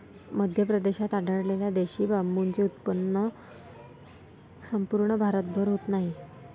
मध्य प्रदेशात आढळलेल्या देशी बांबूचे उत्पन्न संपूर्ण भारतभर होत नाही